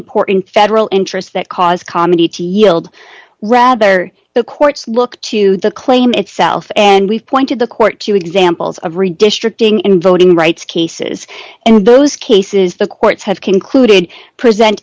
important federal interest that cause comedy to yield rather the court's look to the claim itself and we point to the court two examples of redistricting in voting rights cases and those cases the courts have concluded present